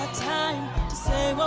time to say